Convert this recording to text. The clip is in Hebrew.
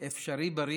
אפשריבריא,